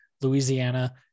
louisiana